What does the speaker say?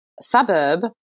suburb